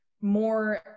more